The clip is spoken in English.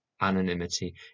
anonymity